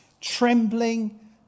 Trembling